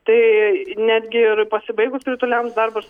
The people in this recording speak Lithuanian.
tai netgi ir pasibaigus krituliams darbas